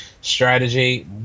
strategy